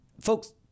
Folks